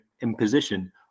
imposition